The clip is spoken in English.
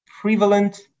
prevalent